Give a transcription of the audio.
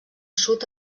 sud